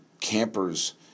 campers